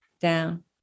down